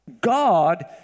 God